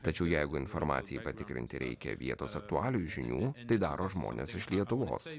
tačiau jeigu informacijai patikrinti reikia vietos aktualijų žinių tai daro žmonės iš lietuvos įvykius